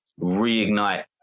reignite